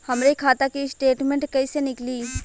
हमरे खाता के स्टेटमेंट कइसे निकली?